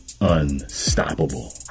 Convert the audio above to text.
unstoppable